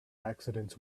accidents